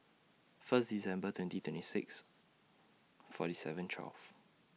First December twenty twenty six forty seven twelve